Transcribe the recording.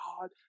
God